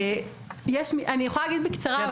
אני יכולה בקצרה.